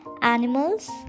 Animals